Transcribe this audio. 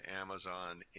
Amazon